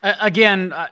Again